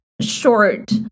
short